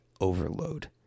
overload